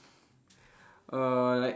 uh like